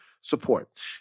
support